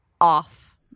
off